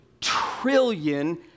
trillion